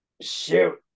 Shoot